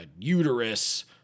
uterus